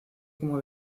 como